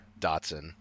Dotson